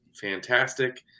fantastic